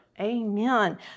Amen